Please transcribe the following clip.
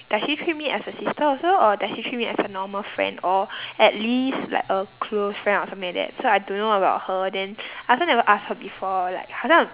does she treat me as a sister also or does she treat me as a normal friend or at least like a close friend or something like that so I don't know about her then I also never ask her before like 好像